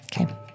Okay